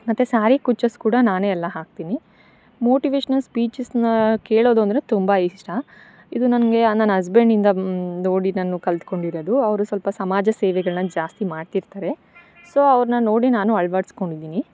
ಮತ್ತು ಸಾರಿ ಕುಚ್ಚಸ್ ಕೂಡ ನಾನೇ ಎಲ್ಲ ಹಾಕ್ತಿನಿ ಮೋಟಿವೇಶನಲ್ ಸ್ಪೀಚಸ್ನ ಕೇಳೋದು ಅಂದರೆ ತುಂಬ ಇಷ್ಟ ಇದು ನನಗೆ ನನ್ನ ಹಸ್ಬೆಂಡ್ ಇಂದ ನೋಡಿ ನಾನು ಕಲಿತ್ಕೊಂಡಿರೊದು ಅವರು ಸ್ವಲ್ಪ ಸಮಾಜ ಸೇವೆಗಳನ್ನ ಜಾಸ್ತಿ ಮಾಡ್ತಿರ್ತಾರೆ ಸೊ ಅವ್ರನ್ನ ನೋಡಿ ನಾನು ಅಳ್ವಡಿಸ್ಕೊಂಡಿದಿನಿ